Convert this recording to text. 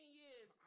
years